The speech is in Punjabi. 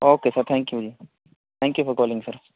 ਓਕੇ ਸਰ ਥੈਂਕ ਯੂ ਜੀ thank you for calling sir